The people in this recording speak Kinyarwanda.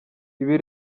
ibi